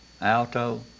alto